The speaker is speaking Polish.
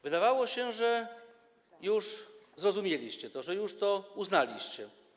Wydawało się, że już zrozumieliście to, że już to uznaliście.